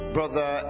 Brother